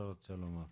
אתה רוצה לומר.